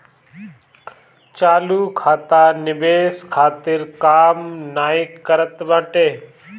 चालू खाता निवेश खातिर काम नाइ करत बाटे